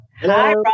Hi